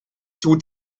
tut